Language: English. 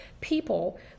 people